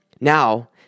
Now